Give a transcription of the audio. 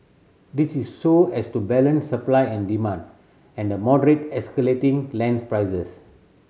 this is so as to balance supply and demand and moderate escalating lands prices